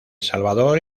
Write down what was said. salvador